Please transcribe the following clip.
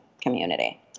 community